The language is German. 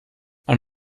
man